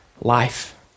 life